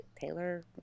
Taylor